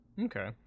okay